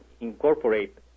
incorporate